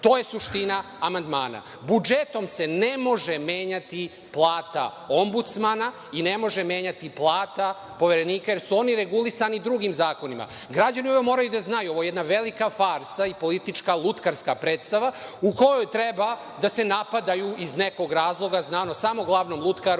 To je suština amandmana. Budžetom se ne može menjati plata Ombudsmana i plata Poverenika jer su oni regulisani drugim zakonima. Građani to moraju da znaju. Ovo je jedna velika farsa i politička lutkarska predstava u kojoj treba da se napadaju iz nekog razloga, znano samo glavnom lutkaru,